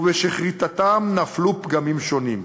ושבכריתתם נפלו פגמים שונים.